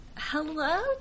Hello